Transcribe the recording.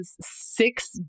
six